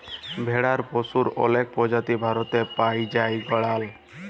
ভেড়ার পশুর অলেক প্রজাতি ভারতে পাই জাই গাড়ল